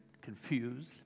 confused